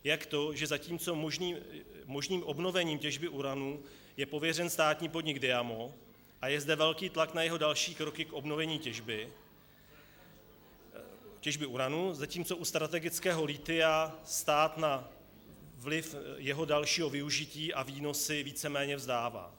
Jak to, že zatímco možným obnovením těžby uranu je pověřen státní podnik Diamo a je zde velký tlak na jeho další kroky k obnovení těžby uranu, zatímco u strategického lithia stát na vliv jeho dalšího využití a výnosy víceméně vzdává.